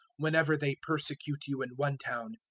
whenever they persecute you in one town,